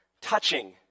touching